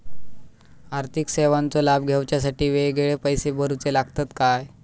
आर्थिक सेवेंचो लाभ घेवच्यासाठी वेगळे पैसे भरुचे लागतत काय?